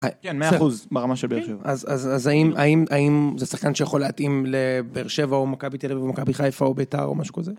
כן, 100% ברמה של באר שבע. אז האם זה שחקן שיכול להתאים לבאר שבע או מכבי תל אביב או מכבי חיפה או ביתר או משהו כזה?